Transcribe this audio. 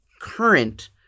current